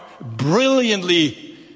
brilliantly